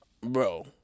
bro